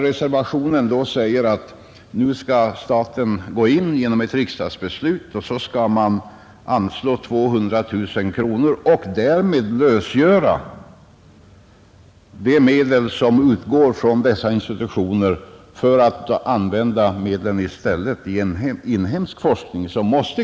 Reservanterna säger att nu skall staten gå in här genom ett riksdagsbeslut och så skall man anslå 200 000 kronor och därmed lösgöra de medel som utgår från dessa institutioner för att i stället använda medlen i en inhemsk forskning.